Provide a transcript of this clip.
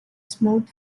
smooth